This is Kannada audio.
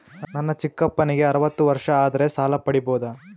ನನ್ನ ಚಿಕ್ಕಪ್ಪನಿಗೆ ಅರವತ್ತು ವರ್ಷ ಆದರೆ ಸಾಲ ಪಡಿಬೋದ?